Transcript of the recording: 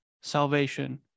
salvation